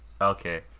Okay